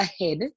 ahead